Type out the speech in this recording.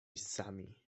sami